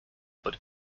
but